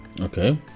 Okay